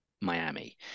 Miami